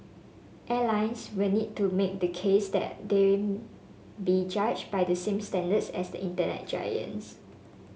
airlines will need to make the case that they be judged by the same standards as the Internet giants